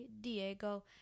Diego